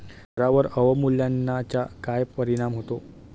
करांवर अवमूल्यनाचा काय परिणाम होतो?